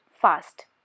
fast